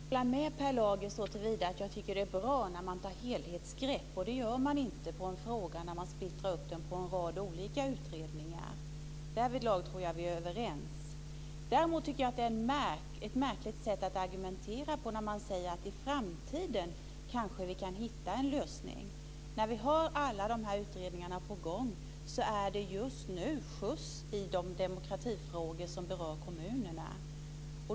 Herr talman! Jag kan hålla med Per Lager såtillvida att jag tycker att det är bra när man tar helhetsgrepp, och det gör man inte när man splittrar upp en fråga på en rad olika utredningar. Därvidlag tror jag att vi är överens. Däremot tycker jag att det är ett märkligt sätt att argumentera när man säger att i framtiden kanske vi kan hitta en lösning. När vi har alla de här utredningarna på gång är det just nu skjuts i de demokratifrågor som berör kommunerna.